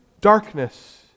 darkness